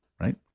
right